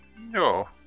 No